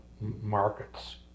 markets